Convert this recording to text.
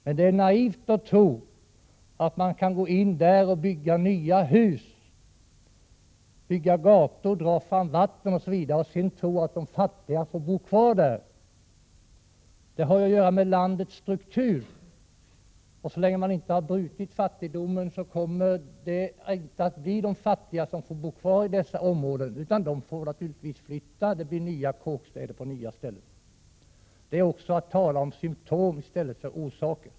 Men det är naivt att tro att man där kan bygga nya hus och gator, dra fram vatten osv. och låta de fattiga bo kvar. Det har att göra med landets struktur. Så länge man inte har fått slut på fattigdomen kommer inte de fattiga att få bo kvar i områdena, utan de får naturligtvis flytta. Det blir nya kåkstäder på andra ställen. Det är också att tala om symtom i stället för orsaker.